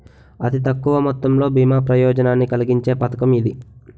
అతి తక్కువ మొత్తంతో బీమా ప్రయోజనాన్ని కలిగించే పథకం ఇది